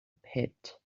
pit